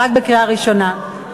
את רק בקריאה ראשונה.